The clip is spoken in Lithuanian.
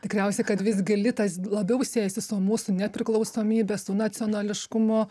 tikriausiai kad visgi litas labiau siejasi su mūsų nepriklausomybe su nacionališkumu